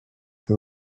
the